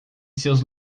seus